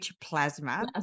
plasma